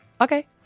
okay